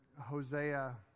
Hosea